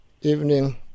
evening